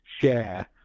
share